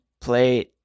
play